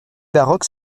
baroque